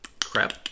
crap